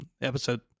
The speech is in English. episode